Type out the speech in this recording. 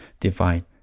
divine